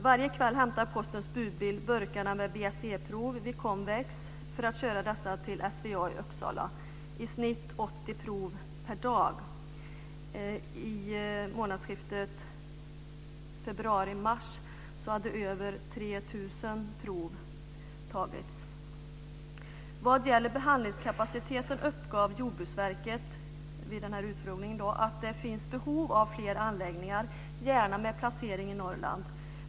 Varje kväll hämtar Postens budbil burkarna med BSE-prov vid Konvex för att köra dessa till SVA i Uppsala. I snitt är det 80 prov per dag. I månadsskiftet februari-mars hade över 3 000 prov tagits. När det gäller behandlingskapaciteten uppgav Jordbruksverket vid denna utfrågning att det finns behov av fler anläggningar, gärna med placering i Norrland.